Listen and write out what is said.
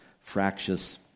fractious